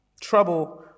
trouble